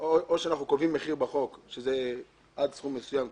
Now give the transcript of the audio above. או שאנחנו קובעים מחיר בחוק שזה עד סכום מסוים,